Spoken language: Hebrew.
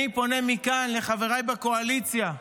אני פונה מכאן לחבריי בקואליציה.